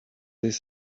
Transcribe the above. this